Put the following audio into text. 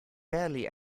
barely